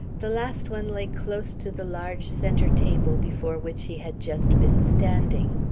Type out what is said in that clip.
the last one lay close to the large centre-table before which he had just been standing.